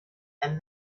and